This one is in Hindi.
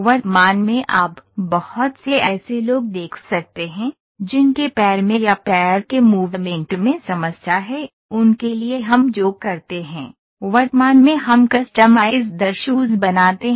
वर्तमान में आप बहुत से ऐसे लोग देख सकते हैं जिनके पैर में या पैर के मूवमेंट में समस्या है उनके लिए हम जो करते हैं वर्तमान में हम कस्टमाइज़्ड शूज़ बनाते हैं